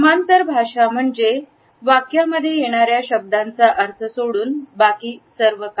समांतर भाषा म्हणजे वाक्य मध्ये येणाऱ्या शब्दांचा अर्थ सोडून बाकी सर्व काही